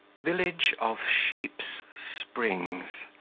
village of sheep's springs,